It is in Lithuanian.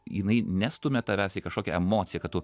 jinai nestumia tavęs į kažkokią emociją kad tu